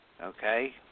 Okay